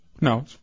No